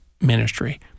ministry